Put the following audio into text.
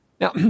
Now